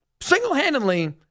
single-handedly